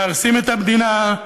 מהרסים את המדינה,